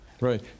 Right